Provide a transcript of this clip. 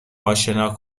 آشنا